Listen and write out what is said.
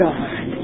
God